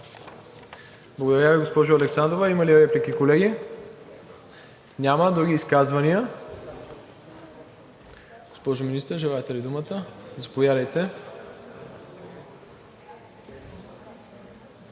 Благодаря Ви, госпожо Александрова. Има ли реплики, колеги? Няма. Други изказвания? Госпожо Министър, желаете ли думата? Заповядайте.